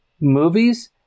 movies